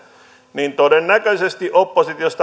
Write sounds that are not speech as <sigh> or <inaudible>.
niin todennäköisesti oppositiosta <unintelligible>